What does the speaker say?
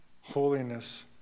holiness